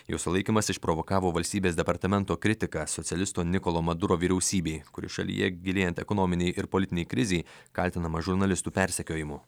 jo sulaikymas išprovokavo valstybės departamento kritiką socialisto nikolo maduro vyriausybei kuri šalyje gilėjant ekonominei ir politinei krizei kaltinama žurnalistų persekiojimu